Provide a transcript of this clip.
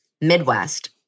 Midwest